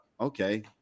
okay